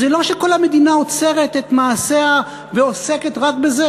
זה לא שכל המדינה עוצרת את מעשיה ועוסקת רק בזה.